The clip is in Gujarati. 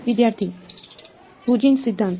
વિદ્યાર્થી હ્યુજેન્સ સિદ્ધાંત